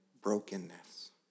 brokenness